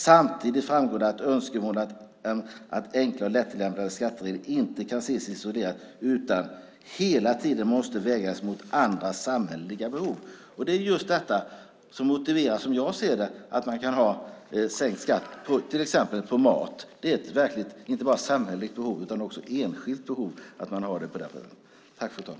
Samtidigt framgår det att "önskemålen om enklare och lättillämpade skatteregler inte kan ses isolerat utan hela tiden måste vägas mot andra samhälleliga behov". Det är just detta som motiverar, som jag ser det, att man kan ha sänkt skatt på till exempel mat. Det är inte bara ett samhälleligt behov utan också enskilt behov att man har det på det sättet.